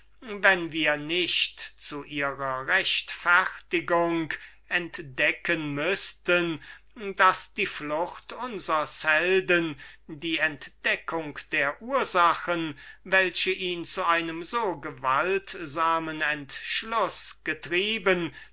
wenn wir nicht zu ihrer rechtfertigung sagen müßten daß die flucht unsers helden die entdeckung der ursachen welche ihn zu einem so gewaltsamen entschluß getrieben